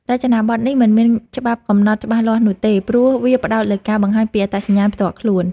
រចនាប័ទ្មនេះមិនមានច្បាប់កំណត់ច្បាស់លាស់នោះទេ ព្រោះវាផ្តោតលើការបង្ហាញពីអត្តសញ្ញាណផ្ទាល់ខ្លួន។